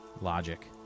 Logic